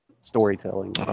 storytelling